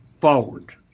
forward